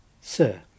Sir